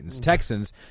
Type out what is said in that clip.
Texans